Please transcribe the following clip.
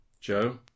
Joe